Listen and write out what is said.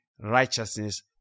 righteousness